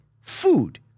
Food